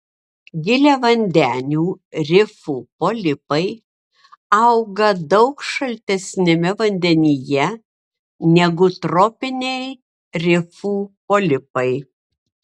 giliavandenių rifų polipai auga daug šaltesniame vandenyje negu tropiniai rifų polipai